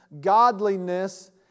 godliness